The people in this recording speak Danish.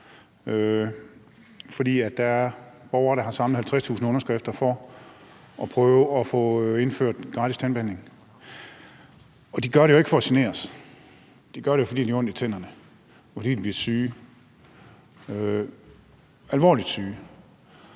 fordi der er borgere, der har samlet 50.000 underskrifter for at prøve at få indført gratis tandbehandling, og de gør det jo ikke for at genere os. De gør det jo, fordi de har ondt i tænderne, og fordi de bliver syge – alvorligt syge